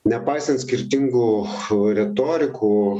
nepaisant skirtingų ch retorikų